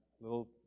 little